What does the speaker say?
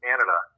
Canada